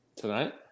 Tonight